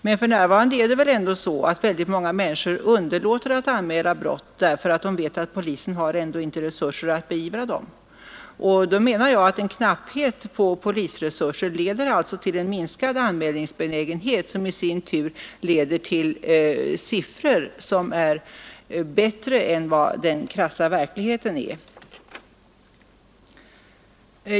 Men för närvarande är det väl ändå så, att väldigt många människor underlåter att anmäla brott därför att de vet att polisen inte har resurser att beivra dem. En knapphet på polisresurser leder alltså till minskad anmälningsbenägenhet som i sin tur leder till siffror som är bättre än vad den krassa verkligheten är.